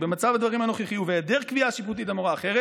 במצב הדברים הנוכחי ובהיעדר קביעה השיפוטית המורה אחרת,